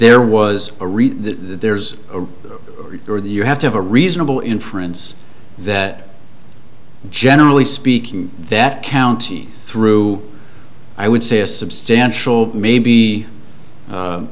that there's a for the you have to have a reasonable inference that generally speaking that county through i would say a substantial maybe